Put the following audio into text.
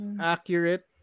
accurate